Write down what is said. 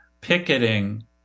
picketing